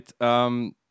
right